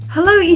Hello